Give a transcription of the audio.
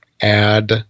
add